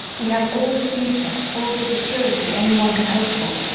we have all the future, all the security, anyone can hope for.